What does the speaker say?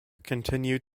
continued